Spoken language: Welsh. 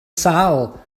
sâl